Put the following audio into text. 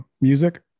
music